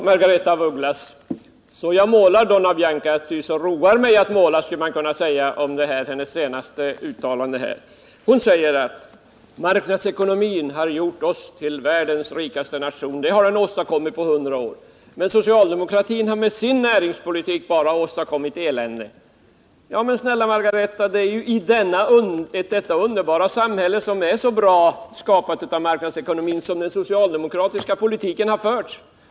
Herr talman! ”Så jag målar, donna Bianca, ty det roar mig att måla så”, skulle man kunna säga om Margaretha af Ugglas senaste uttalande här. Hon säger att marknadsekonomin har gjort Sverige till världens rikaste nation och att den har åstadkommit det på hundra år men att socialdemokratin med sin näringspolitik bara har åstadkommit elände. Ja, men snälla Margaretha af Ugglas, det är ju i detta underbara samhälle som är så bra, skapat av marknadsekonomin, som den socialdemokratiska politiken har förts.